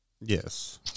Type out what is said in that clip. Yes